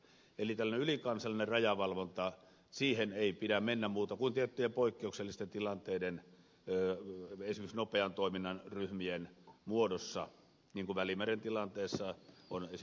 eli tällaiseen ylikansalliseen rajavalvontaan ei pidä mennä muuten kuin tiettyjen poikkeuksellisten tilanteiden esimerkiksi nopean toiminnan ryhmien muodossa niin kuin välimeren tilanteessa on esimerkiksi käytetty